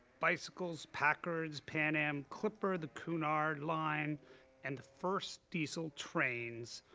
bicycles, packards, pam am clipper, the cunard line and the first diesel trains,